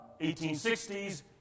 1860s